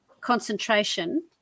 concentration